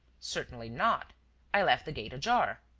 certainly not i left the gate ajar.